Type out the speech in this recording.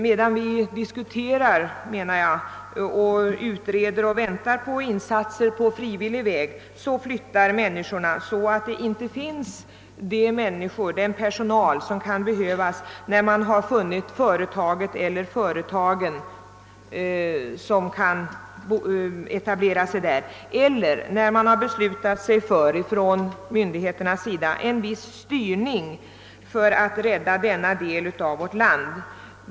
Medan vi diskuterar och utreder och väntar på insatser på frivillig väg flyttar människorna, så att man inte har den personal som behövs när man funnit de företag som kan etablera sig i området eller när myndigheterna beslutat sig för en viss styrning för att rädda denna del av vårt land.